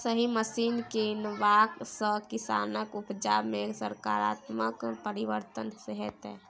सही मशीन कीनबाक सँ किसानक उपजा मे सकारात्मक परिवर्तन हेतै